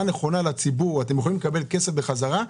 נכונה לציבור: אתם יכולים לקבל כסף בחזרה,